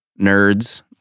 nerds